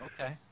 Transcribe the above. Okay